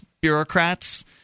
bureaucrats